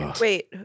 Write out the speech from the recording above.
Wait